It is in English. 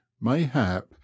mayhap